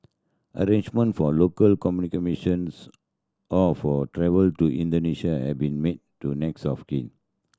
arrangement for local or for travel to Indonesia have been made to next of kin